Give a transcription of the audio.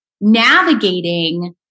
navigating